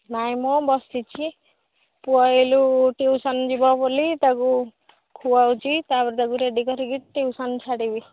ନାଇଁ ମୁଁ ବସିଛି ପୁଅ ଏଲୁ ଟିଉସନ୍ ଯିବ ବୋଲି ତାକୁ ଖୁଆଉଛି ତା'ପରେ ତାକୁ ରେଡି କରିକି ଟିଉସନ୍ ଛାଡ଼ିବି